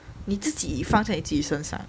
你自己放在你自己的身上